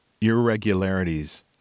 Irregularities